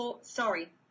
sorry